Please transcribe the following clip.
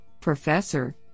professor